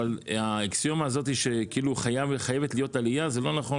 אבל האקסיומה הזאת שכאילו חייבת להיות עלייה זה לא נכון,